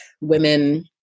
women